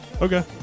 Okay